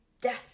death